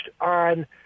on